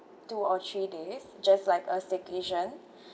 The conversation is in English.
two or three days just like a staycation